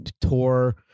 tour